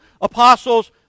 apostles